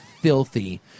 filthy